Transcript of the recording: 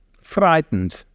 frightened